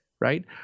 right